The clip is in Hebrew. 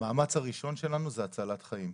המאמץ הראשון שלנו זה הצלת חיים,